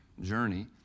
journey